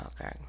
Okay